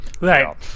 right